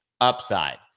upside